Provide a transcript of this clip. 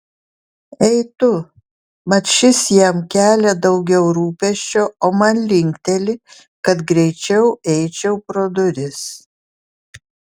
ei tu mat šis jam kelia daugiau rūpesčio o man linkteli kad greičiau eičiau pro duris